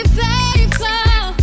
faithful